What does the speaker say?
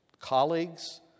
colleagues